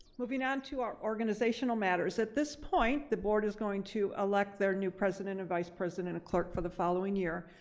moving on to our organizational matters. at this point, the board is going to elect their new president and vice president and clerk for the following year.